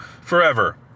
forever